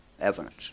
evidence